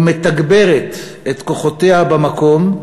והיא מתגברת את כוחותיה במקום,